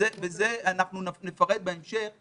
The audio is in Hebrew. ואנחנו נפרט את זה בהמשך,